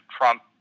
Trump